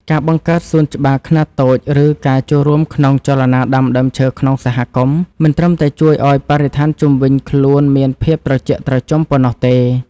ការបង្កើតសួនច្បារខ្នាតតូច ឬការចូលរួមក្នុងចលនាដាំដើមឈើក្នុងសហគមន៍ មិនត្រឹមតែជួយឱ្យបរិស្ថានជុំវិញខ្លួនមានភាពត្រជាក់ត្រជុំប៉ុណ្ណោះទេ